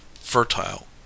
fertile